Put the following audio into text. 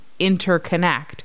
interconnect